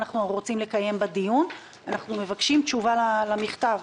ואנחנו מבקשים תשובה למכתב.